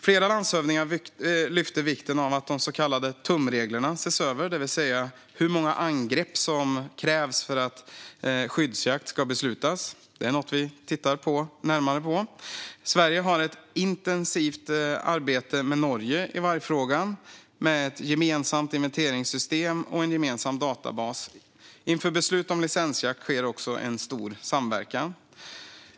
Flera landshövdingar lyfte upp vikten av att de så kallade tumreglerna ses över, det vill säga hur många angrepp som krävs för att skyddsjakt ska beslutas, och detta är något vi tittar närmare på. Sverige har ett intensivt arbete ihop med Norge i vargfrågan, med ett gemensamt inventeringssystem och en gemensam databas. Inför beslut om licensjakt sker också en bred samverkan.